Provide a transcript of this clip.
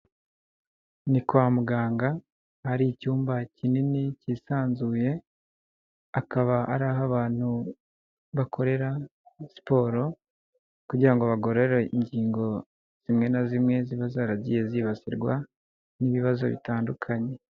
Ni kwa muganga, hari icyumba kinini cyisanzuye, akaba ari aho abantu bakorera siporo kugira ngo bagorore ingingo zimwe na zimwe ziba zaragiye zibasirwa n'ibibazo bitandukanye.